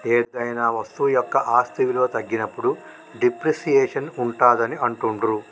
ఏదైనా వస్తువు యొక్క ఆస్తి విలువ తగ్గినప్పుడు డిప్రిసియేషన్ ఉంటాదని అంటుండ్రు